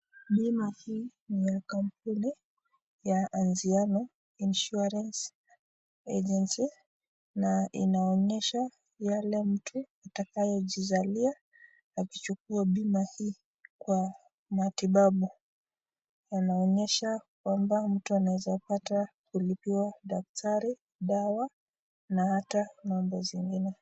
Bima hii ni ya kampuni ya insuarance agency na inaonyesha yale mtu atakayo jizalia kwa kuchukua bima hii kwa matibabu, inaonyesha kwamba mtu anaeza pata kulipiwa daktari, dawa na hata mambo zingine.